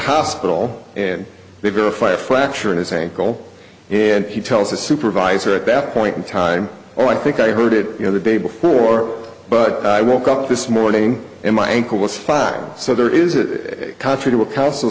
hospital and they verify a fracture in his ankle and he tells the supervisor at that point in time or i think i heard it you know the day before but i woke up this morning and my ankle was fine so there is a country